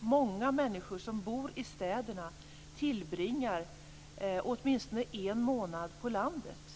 många människor som bor i städerna tillbringar åtminstone en månad på landet.